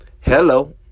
hello